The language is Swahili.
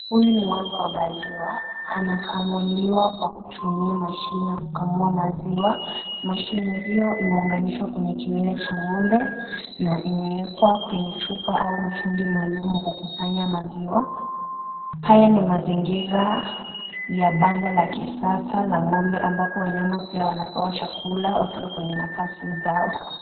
Huyu ni ng'ombe wa maziwa anakamuliwa kwa kutumia mashine ya kukamua maziwa. Mashine hiyo imeunganishwa kwenye kiwele cha ng'ombe na imewekwa kwenye chupa au mtungi maalum wa kukusanya maziwa. Haya ni mazingira ya banda la kisasa la ng'ombe ambapo wanyama pia wanapewa chakula wakiwa kwenye nafasi zao.